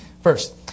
First